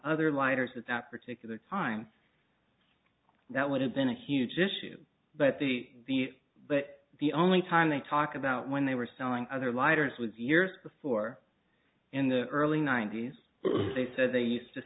other lighters at that particular time that would have been a huge issue but the but the only time they talk about when they were selling other lighters was years before in the early ninety's they said they use